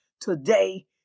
today